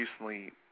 recently